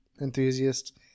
Enthusiast